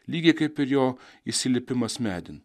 lygiai kaip ir jo įlipimas medin